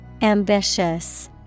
Ambitious